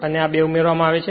અને આ બે ઉમેરવામાં આવે છે